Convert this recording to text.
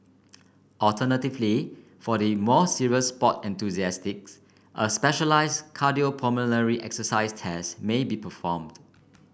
alternatively for the more serious sports enthusiasts a specialised cardiopulmonary exercise test may be performed